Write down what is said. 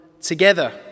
together